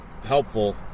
helpful